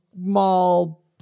mall